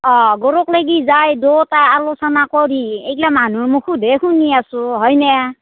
অঁ গৰক লাগি যায় দুয়োটা আলোচনা কৰি এইগিলা মানুহ মুখতে শুনি আছোঁ হয়নে